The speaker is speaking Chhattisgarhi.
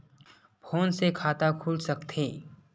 फोन से खाता खुल सकथे?